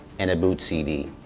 and a boot cd,